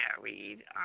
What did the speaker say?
married